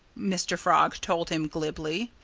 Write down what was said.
mr. frog told him glibly.